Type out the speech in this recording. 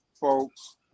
folks